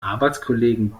arbeitskollegen